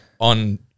on